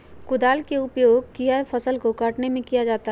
कुदाल का उपयोग किया फसल को कटने में किया जाता हैं?